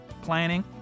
planning